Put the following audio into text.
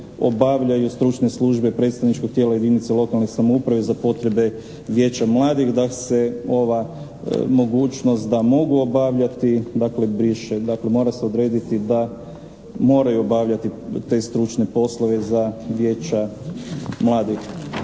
obavljaju stručne službe predstavničkog tijela jedinice lokalne samouprave za potrebe vijeća mladih, da se ova mogućnost da mogu obavljati dakle briše. Dakle, mora se odrediti da moraju obavljati te stručne poslove za vijeća mladih.